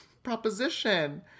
proposition